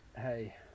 hey